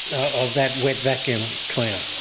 of that wet vacuum cleaner.